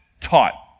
taught